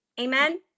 Amen